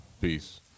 Peace